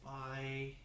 Bye